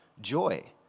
joy